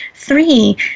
Three